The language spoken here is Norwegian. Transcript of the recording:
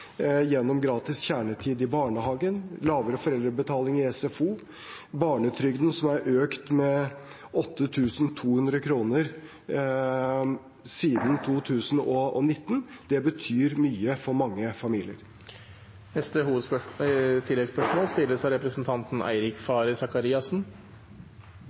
gjennom gratis kjernetid i barnehagen, lavere foreldrebetaling i SFO og at barnetrygden er økt med 8 200 kr siden 2019. Det betyr mye for mange familier. Det blir oppfølgingsspørsmål – først Eirik